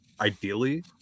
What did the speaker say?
Ideally